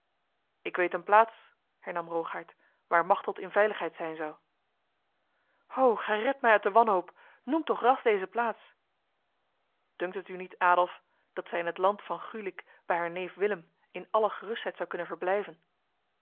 ik weet een plaats hernam rogaert waar machteld in veiligheid zijn zou ho gij redt mij uit de wanhoop noem toch ras deze plaats dunkt het u niet adolf dat zij in het land van gulik bij haar neef willem in alle gerustheid zou kunnen verblijven